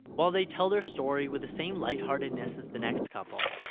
while they tell their story with the same light-heartedness as the next couple,